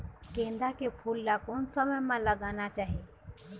गेंदा के फूल ला कोन समय मा लगाना चाही?